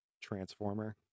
Transformer